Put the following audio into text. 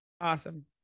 Awesome